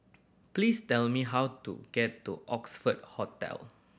please tell me how to get to Oxford Hotel